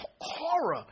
horror